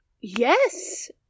Yes